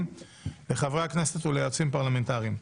לחברי הכנסת וליועצים הפרלמנטריים.